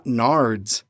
nards